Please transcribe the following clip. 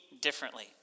differently